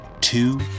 two